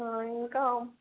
ఇంకా